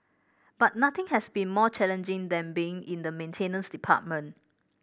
but nothing has been more challenging than been in the maintenance department